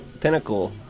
pinnacle